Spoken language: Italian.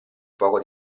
poco